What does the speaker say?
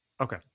Okay